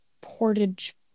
Portage